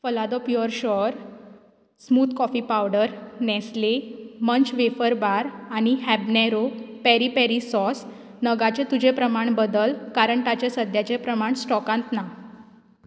पलादा pure sure smooth coffee powder Nestle munch wafer bar आनी habanero peri peri sauce नगाचें तुजें प्रमाण बदल कारण ताचें सद्याचें प्रमाण स्टॉकांत ना